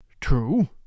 True